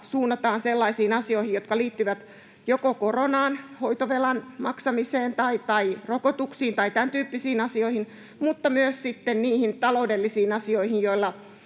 suunnataan sellaisiin asioihin, jotka liittyvät joko koronaan, hoitovelan maksamiseen tai rokotuksiin tai tämäntyyppisiin asioihin, mutta niitä suunnataan myös sitten niihin taloudellisiin asioihin, joilla